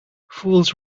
fools